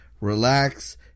relax